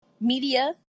media